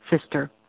sister